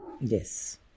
Yes